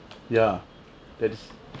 ya that is